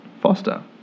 Foster